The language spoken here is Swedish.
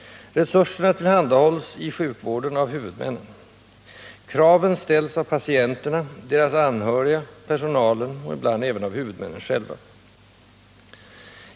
Resurserna tillhandahålls i sjukvården av huvudmännen. Kraven ställs av patienterna, deras anhöriga, personalen och ibland även av huvudmännen själva.